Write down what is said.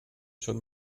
schon